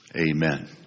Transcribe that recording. amen